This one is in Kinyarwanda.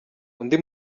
undi